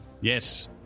Yes